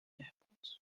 airports